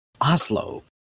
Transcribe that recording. Oslo